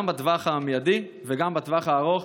גם בטווח המיידי וגם בטווח הארוך,